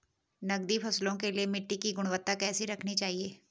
नकदी फसलों के लिए मिट्टी की गुणवत्ता कैसी रखनी चाहिए?